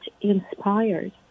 inspired